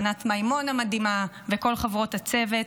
ענת מימון המדהימה וכל חברות הצוות,